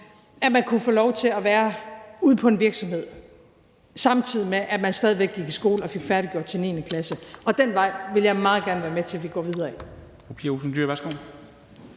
at de kunne få lov til at være ude på en virksomhed, samtidig med at de stadig væk gik i skole og fik færdiggjort 9. klasse. Og den vej vil jeg meget gerne være med til at vi går videre ad.